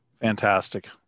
Fantastic